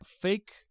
fake